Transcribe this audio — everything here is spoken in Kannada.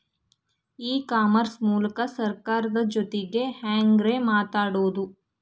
ಇ ಕಾಮರ್ಸ್ ಮೂಲಕ ಸರ್ಕಾರದ ಜೊತಿಗೆ ಹ್ಯಾಂಗ್ ರೇ ಮಾತಾಡೋದು?